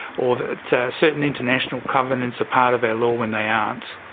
or that certain international covenants are part of our law when they aren't.